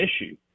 issue